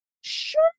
sure